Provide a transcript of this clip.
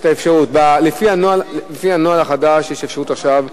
לפי הנוהל החדש יש אפשרות עכשיו,